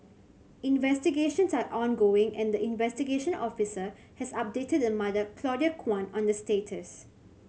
investigations are ongoing and the investigation officer has updated the mother Claudia Kwan on the status